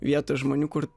vietos žmonių kur